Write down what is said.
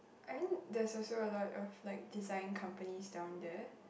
I think there's also a lot of like design companies down there